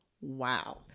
Wow